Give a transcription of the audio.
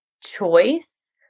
choice